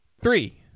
three